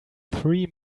three